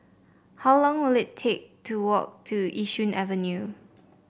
how long will it take to walk to Yishun Avenue